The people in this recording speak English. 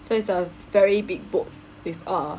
so it's a very big boat with a